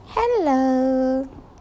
Hello